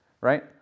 right